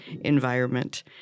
environment